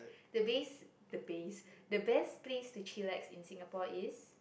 the base the base the best place to chill like in Singapore is